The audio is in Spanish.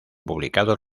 publicados